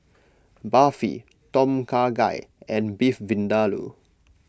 Barfi Tom Kha Gai and Beef Vindaloo